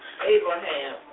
Abraham